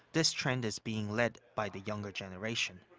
this trend is being led by the younger generation.